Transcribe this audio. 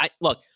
look